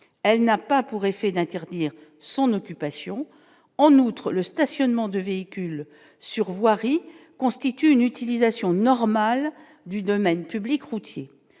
elle n'a pas pour effet d'interdire son occupation en outre le stationnement de véhicules sur voirie constitue une utilisation normale du domaine public routier